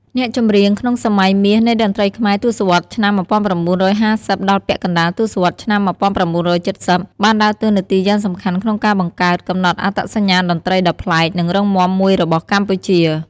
អ្នកចម្រៀងក្នុង សម័យមាសនៃតន្ត្រីខ្មែរ ទសវត្សរ៍ឆ្នាំ១៩៥០ ដល់ពាក់កណ្តាលទសវត្សរ៍ឆ្នាំ១៩៧០ បានដើរតួនាទីយ៉ាងសំខាន់ក្នុងការបង្កើត កំណត់អត្តសញ្ញាណតន្ត្រីដ៏ប្លែក និងរឹងមាំមួយរបស់កម្ពុជា។